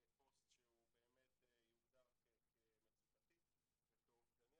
בפוסט שהוא באמת יוגדר כמצוקתי וכאובדני,